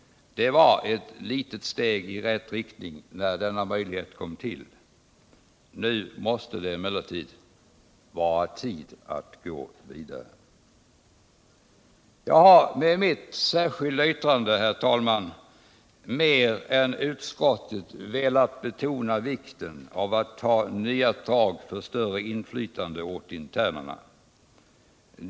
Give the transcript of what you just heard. Det var ett litet steg i rätt riktning när denna möjlighet tillkom. Nu måste det emellertid vara på tiden att vi går vidare. Jag har med mitt särskilda yttrande, herr talman, mer än utskottet velat betona vikten av att ta nya tag för större inflytande åt internerna.